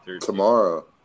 Tomorrow